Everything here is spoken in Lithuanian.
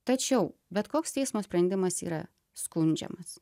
tačiau bet koks teismo sprendimas yra skundžiamas